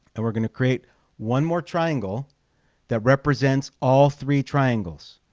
and we're going to create one more triangle that represents all three triangles